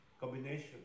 combination